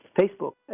Facebook